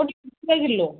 ओह् किन्ने किलो